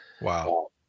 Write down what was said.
Wow